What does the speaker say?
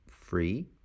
free